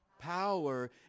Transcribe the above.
Power